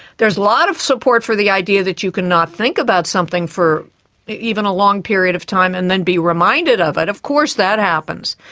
there is a lot of support for the idea that you can not think about something for even a long period of time and then be reminded of it, of course that happens.